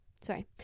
sorry